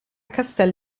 castel